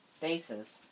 bases